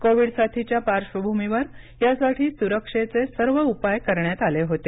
Covid साथीच्या पार्श्वभूमीवर यासाठी सुरक्षेचे सर्व उपाय करण्यात आले होते